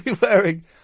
wearing